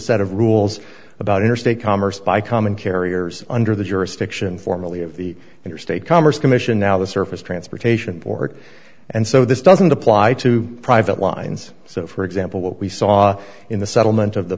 set of rules about interstate commerce by common carriers under the jurisdiction formally of the interstate commerce commission now the surface transportation pork and so this doesn't apply to private lines so for example what we saw in the settlement of the